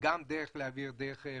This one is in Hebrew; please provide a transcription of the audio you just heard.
שאפשר להעביר דרך פייסבוק,